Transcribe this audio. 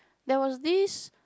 there was this